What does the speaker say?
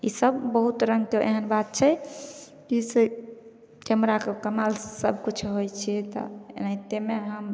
ई सभ बहुत रंगके एहन बात छै कि से कैमराके कमाल से सभ किछु होइ छै तऽ एनाहितेमे हम